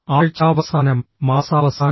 ആഴ്ചാവസാനം മാസാവസാനം